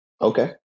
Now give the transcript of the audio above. okay